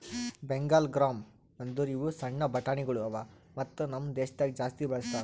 Bengal gram ಅಂದುರ್ ಇವು ಸಣ್ಣ ಬಟಾಣಿಗೊಳ್ ಅವಾ ಮತ್ತ ನಮ್ ದೇಶದಾಗ್ ಜಾಸ್ತಿ ಬಳ್ಸತಾರ್